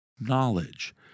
knowledge